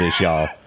y'all